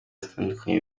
zitandukanye